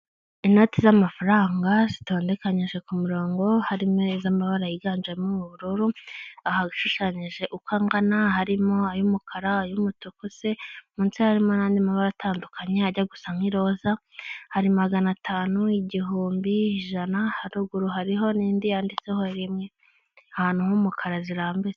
Inoti z'amafaranga zitondekanyije ku murongo harimo iz' amabara yiganjemo ubururu, ahashushanyije uko angana harimo ay'umukara y'umutuku se, munsi harimo n'andi mabara atandukanye ajya gusa nk'iroza, hari magana atanu igihumbi ijana haruguru hariho n'indi yanditseho rimwe ahantu h'umukara zirambitse.